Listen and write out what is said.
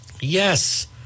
Yes